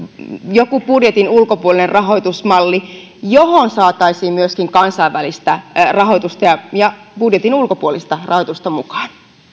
joku budjetin ulkopuolinen rahoitusmalli johon saataisiin myöskin kansainvälistä rahoitusta ja ja budjetin ulkopuolista rahoitusta mukaan